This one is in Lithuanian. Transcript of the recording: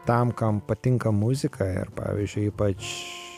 tam kam patinka muzika ir pavyzdžiui ypač